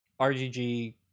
RGG